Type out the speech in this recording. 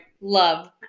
love